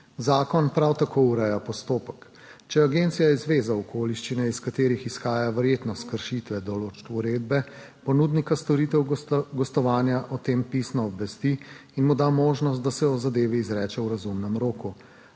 Zakon prav tako ureja postopek. Če agencija izve za okoliščine, iz katerih izhaja verjetnost kršitve določb uredbe, ponudnika storitev gostovanja o tem pisno obvesti in mu da možnost, da se o zadevi izreče v razumnem roku.